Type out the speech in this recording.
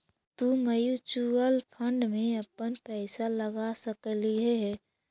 तु mutual fund में अपन पईसा लगा सकलहीं हे